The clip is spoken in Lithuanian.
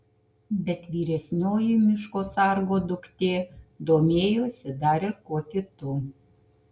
bet vyresnioji miško sargo duktė domėjosi dar ir kuo kitu